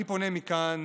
אני פונה מכאן